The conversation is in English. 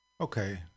Okay